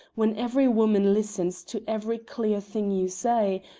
when every woman listens to every clever thing you say,